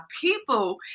people